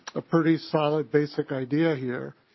a pretty solid basic idea here.